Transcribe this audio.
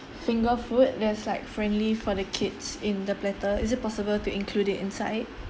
finger food there's like friendly for the kids in the platter is it possible to include it inside